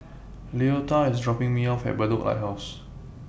Leota IS dropping Me off At Bedok Lighthouse